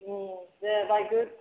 उम दे बायदो